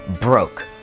broke